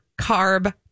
carb